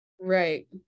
right